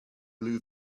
blue